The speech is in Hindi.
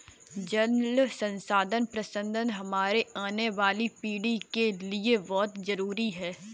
जल संसाधन प्रबंधन हमारी आने वाली पीढ़ी के लिए बहुत जरूरी है